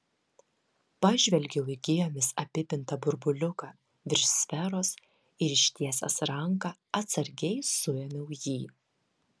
pažvelgiau į gijomis apipintą burbuliuką virš sferos ir ištiesęs ranką atsargiai suėmiau jį